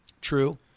True